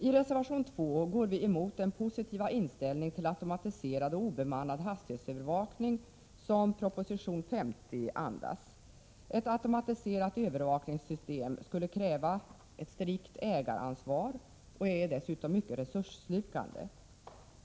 I reservation 2 går vi emot den positiva inställning till automatiserad och obemannad hastighetsövervakning som proposition 50 andas. Ett automatiserat övervakningssystem skulle kräva ett strikt ägaransvar och är dessutom mycket resursslukande.